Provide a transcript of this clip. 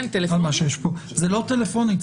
זה לא טלפונית.